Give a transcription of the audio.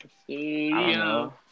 studio